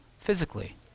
physically